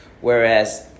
whereas